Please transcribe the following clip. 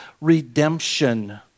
redemption